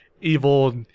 evil